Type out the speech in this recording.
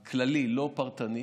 כללי, לא פרטני,